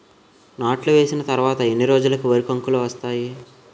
నాట్లు వేసిన తర్వాత ఎన్ని రోజులకు వరి కంకులు వస్తాయి?